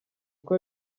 uko